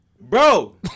bro